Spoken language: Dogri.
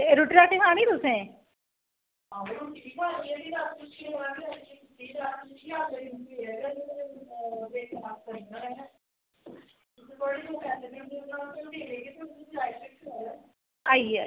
ओह् रुट्टी खानी तुसें आइये